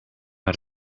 how